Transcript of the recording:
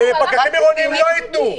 פקחים עירוניים לא ייתנו.